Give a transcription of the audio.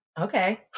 okay